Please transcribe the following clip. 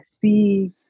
see